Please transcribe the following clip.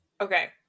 Okay